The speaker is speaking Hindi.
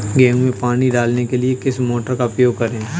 गेहूँ में पानी डालने के लिए किस मोटर का उपयोग करें?